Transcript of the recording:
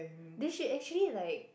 then she actually like